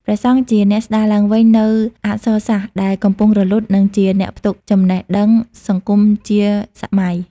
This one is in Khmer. ព្រះសង្ឃជាអ្នកស្តារឡើងវិញនូវអក្សរសាស្ត្រដែលកំពុងរលត់ និងជាអ្នកផ្ទុកចំណេះដឹងសង្គមជាសម័យ។